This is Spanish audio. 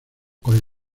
con